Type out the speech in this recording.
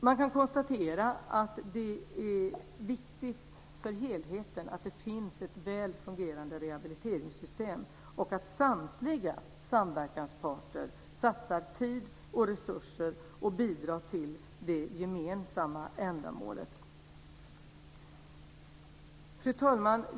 Man kan konstatera att det är viktigt för helheten att det finns ett väl fungerande rehabiliteringssystem och att samtliga samverkansparter satsar tid och resurser och bidrar till det gemensamma ändamålet. Fru talman!